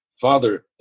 father